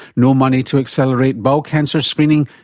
no money to accelerate bowel cancer screening,